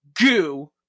goo